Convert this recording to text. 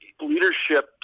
leadership